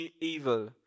evil